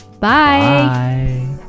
Bye